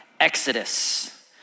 Exodus